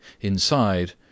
Inside